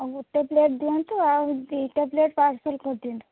ହଉ ଗୋଟେ ପ୍ଲେଟ୍ ଦିଅନ୍ତୁ ଆଉ ଦୁଇଟା ପ୍ଲେଟ୍ ପାର୍ସଲ୍ କରିଦିଅନ୍ତୁ